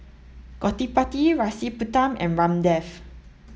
Gottipati Rasipuram and Ramdev